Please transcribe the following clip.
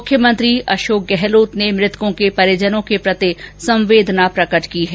मुख्यमंत्री अशोक गहलोत ने मृतकों के परिजनों के प्रति संवेदना प्रकट की है